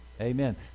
Amen